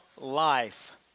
life